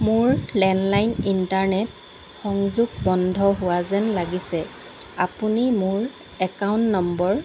মোৰ landline internet সংযোগ বন্ধ হোৱা যেন লাগিছে আপুনি মোৰ একাউণ্ট নম্বৰ